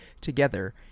together